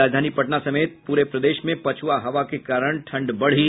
और राजधानी पटना समेत पूरे प्रदेश में पछुआ हवा के कारण ठंड बढ़ी